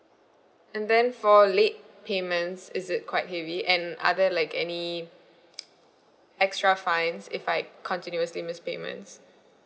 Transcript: and then for late payments is it quite heavy and are there like any extra fines if I continuously miss payments